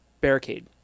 Barricade